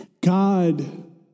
God